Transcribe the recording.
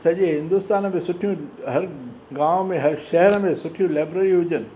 सॼे हिंदुस्तान में सुठियूं हरि गांव में हरि शहर में सुठियूं लाइब्ररी हुजनि